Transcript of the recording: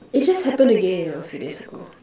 it just happened again you know few days ago